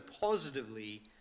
positively